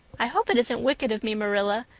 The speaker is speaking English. i hope it isn't wicked of me, marilla,